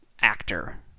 actor